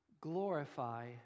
glorify